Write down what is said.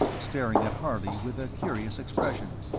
staring at harley with a curious expression.